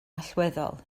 allweddol